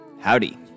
Howdy